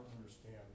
understand